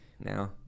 now